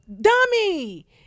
dummy